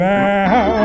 now